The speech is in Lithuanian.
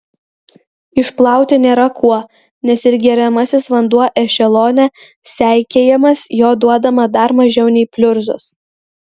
išplauti nėra kuo nes ir geriamasis vanduo ešelone seikėjamas jo duodama dar mažiau nei pliurzos